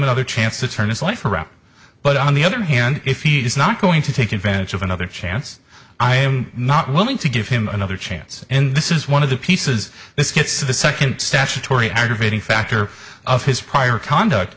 another chance to turn his life around but on the other hand if he is not going to take advantage of another chance i am not willing to give him another chance and this is one of the pieces this gets the second statutory aggravating factor of his prior conduct